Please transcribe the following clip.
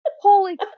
Holy